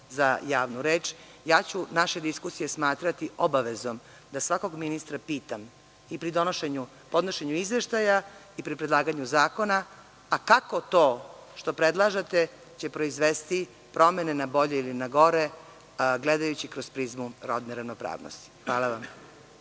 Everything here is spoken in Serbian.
za javnu reč. Naše diskusije ću smatrati obavezom da svakog ministra pitam pri donošenju izveštaja i pri predlaganju zakona – kako to što predlažete će proizvesti promene na bolje ili na gore, gledajući kroz prizmu rodne ravnopravnosti. Hvala.